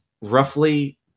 roughly